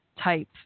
type